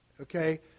Okay